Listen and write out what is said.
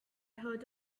heard